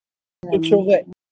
introvert